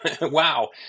Wow